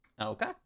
Okay